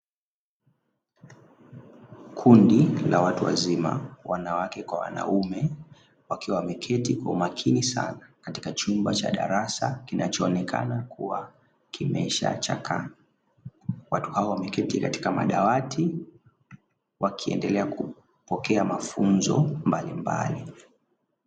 Kundi la watu wazima wanawake kwa wanaume wakiwa wameketi kwa umakini sana, katika chumba cha darasa kinachoonekana kuwa kimeshachakaa. Watu hawa wakiwa wameketi katika madawati, wakiendelea kupokea mafunzo mbalimbali.